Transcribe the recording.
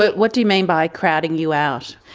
what do you mean by crowding you out?